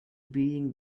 being